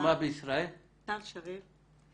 שמי טל שריר.